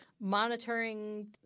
monitoring